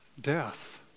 death